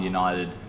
United